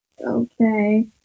Okay